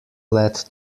led